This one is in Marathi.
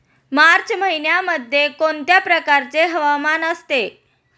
मार्च महिन्यामध्ये कोणत्या प्रकारचे हवामान असते?